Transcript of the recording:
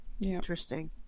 Interesting